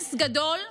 נס גדול,